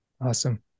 Awesome